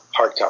hardcover